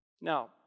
Now